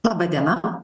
laba diena